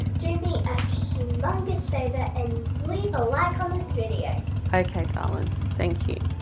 do me a humongous favour and leave a like on this video okay darling thank you.